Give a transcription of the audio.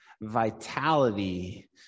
vitality